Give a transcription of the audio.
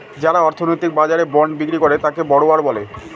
যারা অর্থনৈতিক বাজারে বন্ড বিক্রি করে তাকে বড়োয়ার বলে